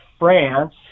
France